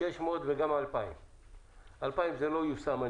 600 וגם 2,000. 2,000 זה לא יושם עד היום,